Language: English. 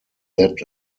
that